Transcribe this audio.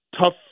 Tough